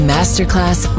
Masterclass